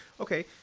Okay